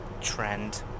trend